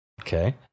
Okay